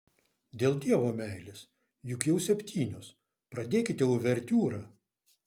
dėl dievo meilės juk jau septynios pradėkite uvertiūrą